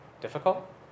Difficult